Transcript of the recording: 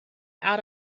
out